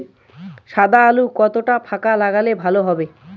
সাদা আলু কতটা ফাকা লাগলে ভালো হবে?